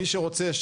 מי שרוצה,